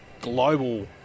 global